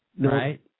Right